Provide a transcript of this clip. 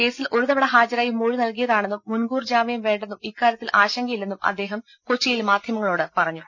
കേസിൽ ഒരു തവണ ഹാജരായി മൊഴി നൽകിയതാണെന്നും മുൻകൂർജാമ്യം വേണ്ടെന്നും ഇക്കാര്യത്തിൽ ആശങ്കയില്ലെന്നും അദ്ദേഹം കൊച്ചിയിൽ മാധ്യമങ്ങളോട് പറഞ്ഞു